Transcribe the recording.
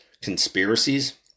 conspiracies